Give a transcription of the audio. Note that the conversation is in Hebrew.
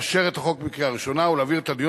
לאשר את הצעת החוק בקריאה ראשונה ולהעביר את הדיון